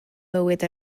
mywyd